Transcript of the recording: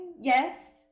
Yes